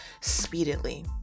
speedily